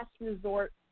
resort